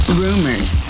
rumors